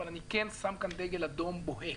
אבל אני כן שם כאן דגל אדום בוהק.